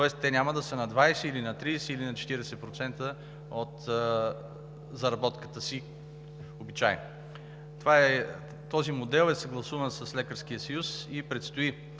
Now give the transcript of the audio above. тоест те няма да са на 20 или на 30, или на 40% от заработката си обичайно. Този модел е съгласуван с Лекарския съюз и предстои,